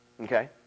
Okay